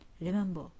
Remember